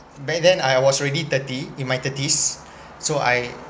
back then I was already thirty in my thirties so I